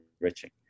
enriching